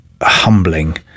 humbling